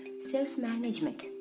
self-management